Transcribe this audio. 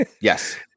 yes